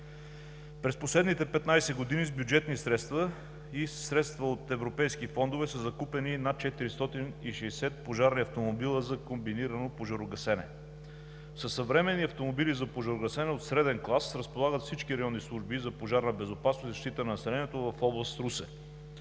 През последните 15 години с бюджетни средства и със средства от европейски фондове са закупени над 460 пожарни автомобила за комбинирано пожарогасене. Със съвременни автомобили за пожарогасене от среден клас разполагат всички районни служби за пожарна безопасност и защита на населението в област Русе.